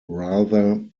rather